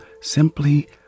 simply